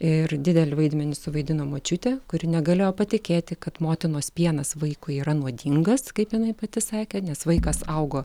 ir didelį vaidmenį suvaidino močiutė kuri negalėjo patikėti kad motinos pienas vaikui yra nuodingas kaip jinai pati sakė nes vaikas augo